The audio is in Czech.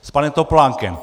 S panem Topolánkem!